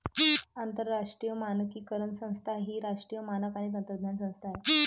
आंतरराष्ट्रीय मानकीकरण संस्था ही राष्ट्रीय मानक आणि तंत्रज्ञान संस्था आहे